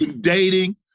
Dating